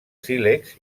sílex